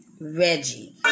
Reggie